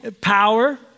power